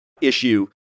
issue